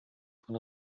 von